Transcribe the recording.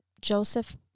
Joseph